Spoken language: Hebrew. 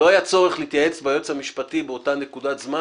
שיהיה צורך להתייעץ עם היועץ המשפטי באותה נקודת זמן,